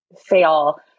fail